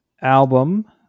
album